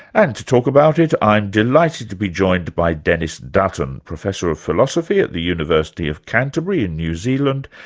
and to talk about it, i'm delighted to be joined by denis dutton, professor of philosophy at the university of canterbury in new zealand,